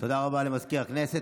תודה רבה למזכיר הכנסת.